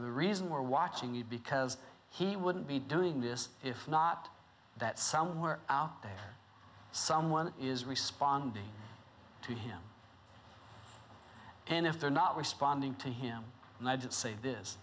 the reason we're watching it because he wouldn't be doing this if not that somewhere out there someone is responding to him and if they're not responding to him and i did say this